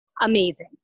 amazing